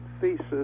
thesis